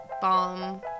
balm